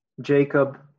Jacob